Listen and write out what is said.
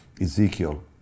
Ezekiel